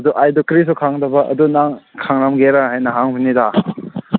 ꯑꯗꯣ ꯑꯩꯗꯣ ꯀꯔꯤꯁꯨ ꯈꯪꯗꯕ ꯑꯗꯨ ꯅꯪ ꯈꯪꯉꯝꯒꯦꯔꯥ ꯍꯥꯏꯅ ꯍꯪꯕꯅꯤꯗ